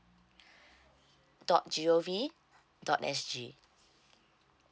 dot G_O_V dot S_G